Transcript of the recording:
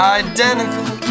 identical